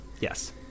Yes